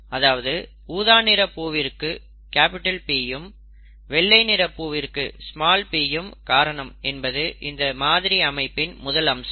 அதாவது ஊதா நிற பூவிற்கு P யும் வெள்ளை நிற பூவிற்கு p யும் காரணம் என்பது இந்த மாதிரி அமைப்பின் முதல் அம்சம்